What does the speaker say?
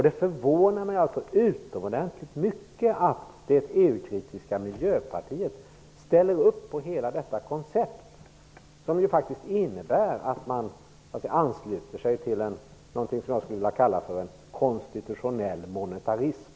Det förvånar mig utomordentligt mycket att det EU-kritiska Miljöpartiet ställer upp på hela detta koncept, som ju faktiskt innebär att man ansluter sig till något som jag skulle vilja kalla för en konstitutionell monetarism.